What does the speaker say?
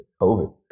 COVID